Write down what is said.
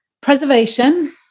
preservation